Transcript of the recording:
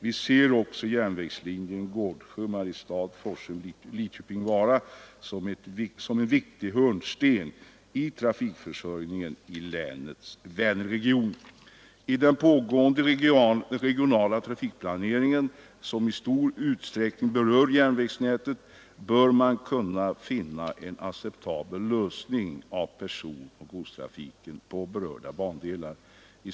Vi ser också järnvägslinjen Gårdsjö—Mariestad—Forshem—Lidköping— Vara som en viktig hörnsten i trafikförsörjningen i länets Vänerregion. I den pågående regionala trafikplaneringen, som i stor utsträckning berör järnvägsnätet, bör man kunna finna en acceptabel lösning av personoch godstrafiken på berörda bandelar.